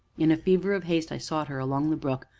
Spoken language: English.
in a fever of haste i sought her along the brook,